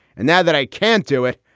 and now that i can't do it.